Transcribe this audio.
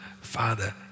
Father